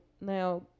now